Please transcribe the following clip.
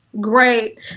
Great